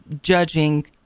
judging